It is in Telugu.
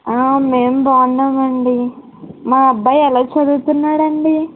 మేం బాగున్నామండీ మా అబ్బాయి ఎలా చదువుతున్నాడండీ